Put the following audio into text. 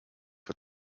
for